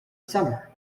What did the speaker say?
summer